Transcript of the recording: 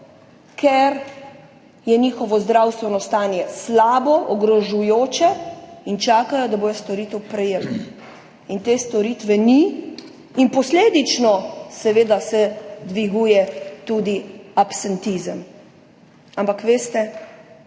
ker je njihovo zdravstveno stanje slabo, ogrožajoče, in čakajo, da bodo storitev prejeli. In te storitve ni in posledično se seveda dviguje tudi absentizem. Ampak veste,